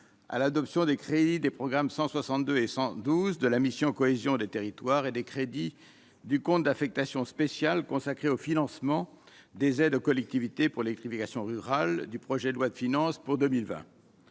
à l'adoption des crédits des programmes 162 et 112 de la mission cohésion des territoires et des crédits du compte d'affectation spéciale consacrée au financement des aides aux collectivités pour l'électrification rurale du projet de loi de finances pour 2020,